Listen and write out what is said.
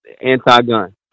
anti-gun